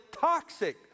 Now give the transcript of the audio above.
toxic